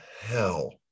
hell